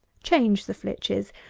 change the flitches.